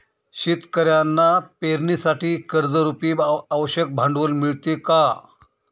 शेतकऱ्यांना पेरणीसाठी कर्जरुपी आवश्यक भांडवल मिळते का?